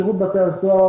שירות בתי הסוהר.